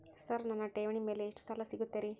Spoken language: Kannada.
ಸರ್ ನನ್ನ ಠೇವಣಿ ಮೇಲೆ ಎಷ್ಟು ಸಾಲ ಸಿಗುತ್ತೆ ರೇ?